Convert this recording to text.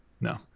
No